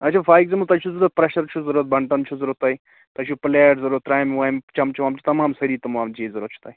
اچھا for example تۅہہِ چھُ ضروٗرت پرٛیشَر چھُو ضروٗرت ٹِفن چھُو ضروٗرت تۅہہِ تۅہہِ چھُو پَلیٹ ضروٗرت ترٛامہِ وامہِ چَمچہِ وَمچہِ تَمام سٲری تَمام چیٖز چھِو ضروٗرت تۅہہِ